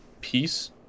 peace